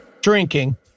drinking